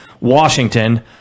Washington